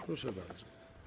Proszę bardzo.